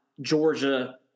Georgia –